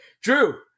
Drew